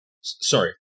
Sorry